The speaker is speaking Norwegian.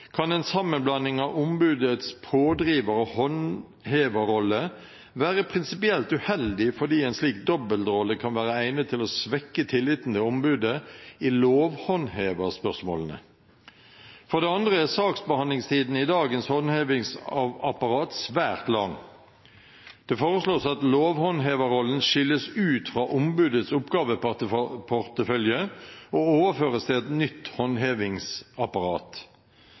kan en sammenblanding av ombudets pådriverrolle og håndheverrolle være prinsipielt uheldig, fordi en slik dobbeltrolle kan være egnet til å svekke tilliten til ombudet i lovhåndheverspørsmålene. For det andre er saksbehandlingstiden i dagens håndhevingsapparat svært lang. Det foreslås at lovhåndheverrollen skilles ut fra ombudets oppgaveportefølje og overføres til et nytt håndhevingsapparat.